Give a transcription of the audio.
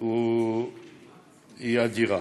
היא אדירה.